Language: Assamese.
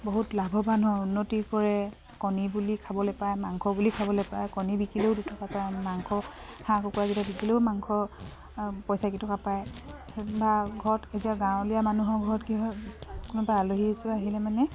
বহুত লাভৱানো হয় উন্নতি কৰে কণী বুলি খাবলৈ পায় মাংস বুলি খাবলৈ পায় কণী বিকিলেও দুটকা পায় মাংস হাঁহ কুকুৰাকেইটা বিকিলেও মাংস পইচাকেইটকা পায় বা ঘৰত এতিয়া গাঁৱলীয়া মানুহৰ ঘৰত কি হয় কোনোবা আলহী এযোৰা আহিলে মানে